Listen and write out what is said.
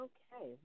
Okay